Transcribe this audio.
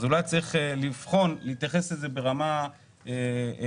אז אולי צריך לבחון ולהתייחס לזה ברמה כללית